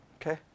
Okay